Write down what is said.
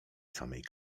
samej